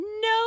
No